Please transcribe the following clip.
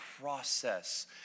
process